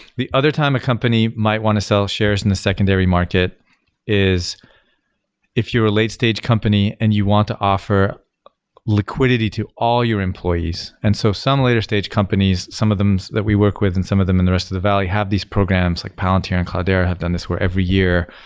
the other time a company might want to sell shares in the secondary market is if you are a late stage company and you want to offer liquidity to all your employees. so, some later stage companies, some of them that we work with and some of them and the rest of the valley have these programs, like palantir and cloudera have done this where every year,